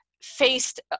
faced